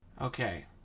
Okay